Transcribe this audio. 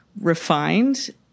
refined